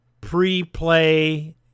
pre-play